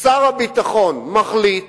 שר הביטחון מחליט